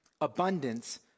Abundance